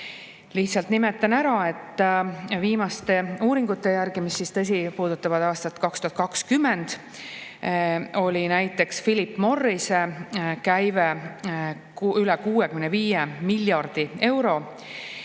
Lihtsalt nimetan ära, et viimaste uuringute järgi, mis, tõsi, puudutavad aastat 2020, oli näiteks Philip Morrise käive üle 65 miljardi euro